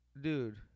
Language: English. Dude